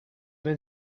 been